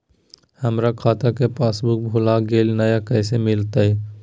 हमर खाता के पासबुक भुला गेलई, नया कैसे मिलतई?